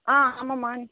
ஆமாம்மா